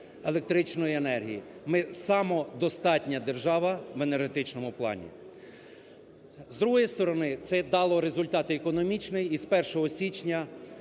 електричної енергії. Ми самодостатня держава в енергетичному плані. З другої сторони це дало результати економічні і з 1 січня